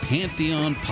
Pantheon